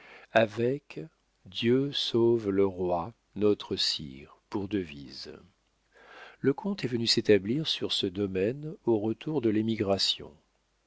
avec dieu saulve le roi notre sire pour devise le comte est venu s'établir sur ce domaine au retour de l'émigration